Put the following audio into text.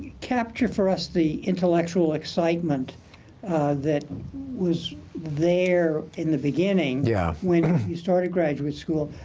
capture for us the intellectual excitement that was there in the beginning yeah. when you started graduate school,